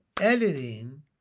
editing